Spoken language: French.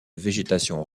végétation